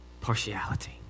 partiality